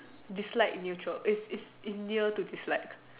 dislike neutral it's it's in near to dislike